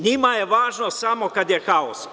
Njima je važno samo kada je haos.